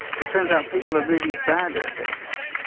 it turns out people are really bad at this.